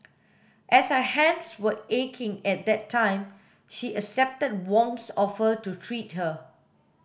as her hands were aching at that time she accepted Wong's offer to treat her